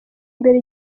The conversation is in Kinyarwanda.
imbere